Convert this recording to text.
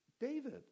David